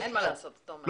אין מה לעשות, אתה אומר.